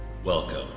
Welcome